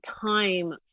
time